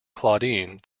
claudine